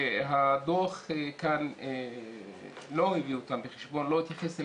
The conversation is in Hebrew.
שהדוח כאן לא הביא אותם בחשבון, לא התייחס אליהם.